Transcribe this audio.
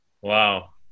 Wow